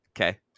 okay